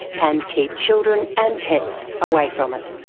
and keep children and pets away from it.